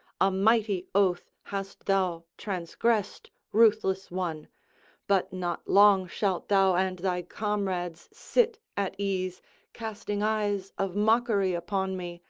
a mighty oath hast thou transgressed, ruthless one but not long shalt thou and thy comrades sit at ease casting eyes of mockery upon me,